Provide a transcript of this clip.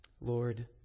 Lord